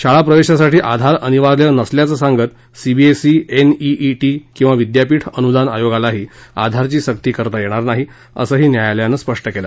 शाळाप्रवेशासाठी आधार अनिवार्य नसल्याचं सांगत सीबीएसई एनईईटी किंवा विद्यापीठ अनुदान आयोगालाही आधारची सक्ती करता येणार नाही असं न्यायालयानं स्पष्ट केलं